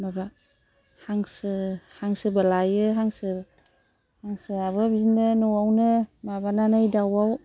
माबा हांसो हांसोबो लायो हांसो हांसोआबो बिदिनो न'आवनो माबानानै दावाव